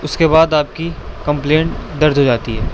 اس کے بعد آپ کی کمپلین درج ہو جاتی ہے